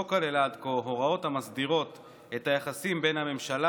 לא כללה עד כה הוראות המסדירות את היחסים בין הממשלה